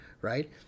right